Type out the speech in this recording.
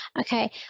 okay